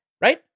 right